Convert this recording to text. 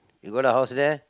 you got a house there